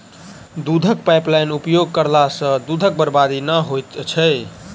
दूधक पाइपलाइनक उपयोग करला सॅ दूधक बर्बादी नै होइत छै